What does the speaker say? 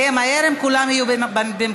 זה יהיה מהר אם כולם יהיו במקומם.